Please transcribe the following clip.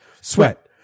sweat